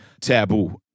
Taboo